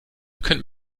können